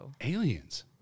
Aliens